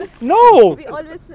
No